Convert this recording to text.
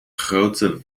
grote